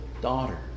daughter